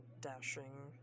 dashing